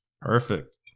Perfect